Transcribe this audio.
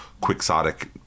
quixotic